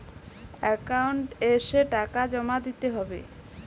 Account এসে টাকা জমা দিতে হবে?